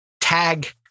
tag